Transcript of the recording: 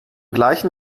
gleichen